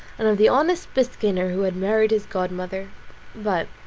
and of the honest biscayner who had married his godmother but